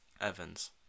evans